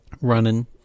running